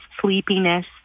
sleepiness